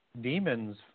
demons